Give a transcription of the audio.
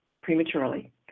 prematurely